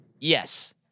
Yes